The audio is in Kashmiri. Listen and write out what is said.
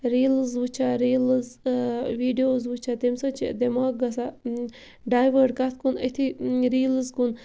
ریٖلٕز وٕچھان ریٖلٕز ویٖڈیوز وٕچھان تمہِ سۭتۍ چھِ دٮ۪ماغ گژھان ڈایوٲٹ کَتھ کُن أتھی ریٖلٕز کُن